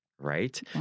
right